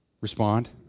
Respond